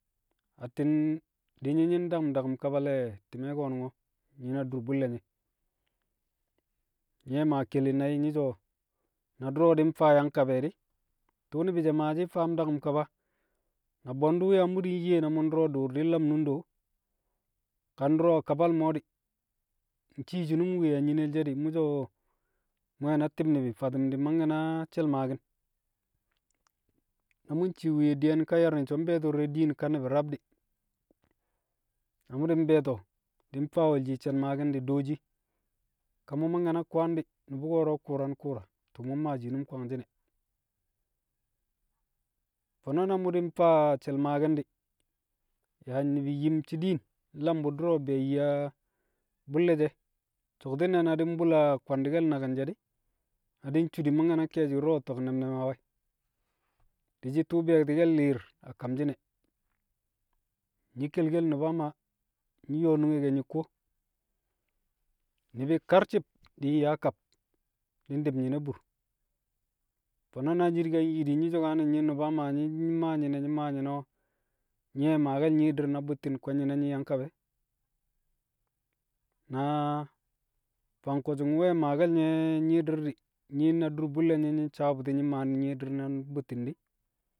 Atti̱n di̱ nyi̱ nyi̱ ndam daku̱m kaba le̱ ti̱me̱ ko̱ nyi̱ na dr bu̱lle̱ nye̱. Nye̱ maa keli nai̱ nyi̱ so̱ na du̱ro̱ di̱ mfaa yang kab e̱ di̱, tṵṵ ni̱bi̱ she̱ maashi̱ faam daku̱m kaba na bwe̱ndu̱ yaa mu̱ nyi de na mu̱ ndu̱ro̱ dṵu̱r di̱ nlam nunde wu̱, ka ndu̱ro̱ kabal mo̱ di̱, ncii shi̱nu̱m wuye a nyinel she̱ di̱, mu̱ so̱ mu̱ we̱ na ti̱b ni̱bi̱ fatu̱m di̱ mangke̱ na she̱l maaki̱n. Na mu̱ ncii wuye di̱yẹn kar ye̱r ni̱n so̱ mbe̱e̱to̱ ka di̱re̱ diin ka ni̱bi̱ rab di̱, na mu̱ di̱ mbe̱e̱to̱ di̱ nta wolshi she̱l maaki̱n di̱, dooshi ka mu̱ mangke̱ na kwaan di̱ nu̱bu̱ ko̱ro̱ ku̱u̱ran ku̱u̱ra, tṵṵ mu̱ mmaa shinum kwangshi̱n e̱. Fo̱no̱ na mu̱ di̱ mfaa she̱l maaki̱n di̱, yaa ni̱bi̱ yim shi̱ diin, nlam bu̱ du̱ro̱ be̱e̱ yi a bu̱lle̱ she̱. So̱kti̱ne̱ na di̱ mbu̱l a kwandi̱ke̱l naki̱n she̱ di̱, na di̱ ncu di̱ mangke̱ na du̱ro̱ to̱k ne̱m ne̱m a we̱. Di̱shi̱ tṵṵ be̱e̱ti̱ke̱l li̱i̱r a kamshi̱n e̱. Nyi̱ nkelkel Nu̱ba Maa, nyi̱ nyo̱o̱ nunge ke nyi̱ kuwo, ni̱bi̱ karci̱b di̱ yaa kab, di̱ ndi̱b nyi̱ne̱ bur. Fo̱no̱ na nyi̱ di̱ nyi di̱, nyi̱ so̱kane̱ nyi̱ Nu̱ba Maa nyi̱ maa nyi̱ne̱ nyi̱ maa nyi̱nẹ o̱, nyee̱ maake̱l nyi̱i̱di̱r na bu̱tti̱n, kwe̱nyi̱ne̱ nƴi̱ nyang kab e̱? Na- fang ko̱su̱ng we̱ maake̱l nye̱- nyi̱i̱di̱r di̱, nyi̱ na dur bu̱lle̱ nye̱ nyi̱ sawe̱ bu̱lle̱ nye̱ maa nyi̱i̱di̱r na bu̱tti̱n di̱.